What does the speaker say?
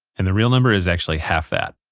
and the real number is actually half that.